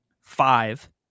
five